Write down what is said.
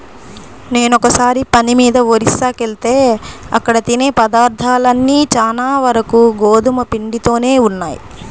నేనొకసారి పని మీద ఒరిస్సాకెళ్తే అక్కడ తినే పదార్థాలన్నీ చానా వరకు గోధుమ పిండితోనే ఉన్నయ్